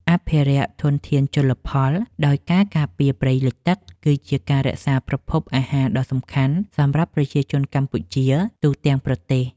អភិរក្សធនធានជលផលដោយការការពារព្រៃលិចទឹកគឺជាការរក្សាប្រភពអាហារដ៏សំខាន់សម្រាប់ប្រជាជនកម្ពុជាទូទាំងប្រទេស។